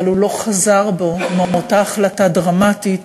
אבל הוא לא חזר בו מאותה החלטה דרמטית